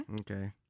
Okay